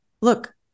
Look